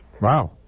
Wow